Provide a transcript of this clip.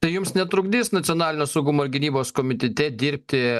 tai jums netrukdys nacionalinio saugumo ir gynybos komitete dirbti